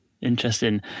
Interesting